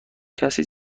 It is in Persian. کسی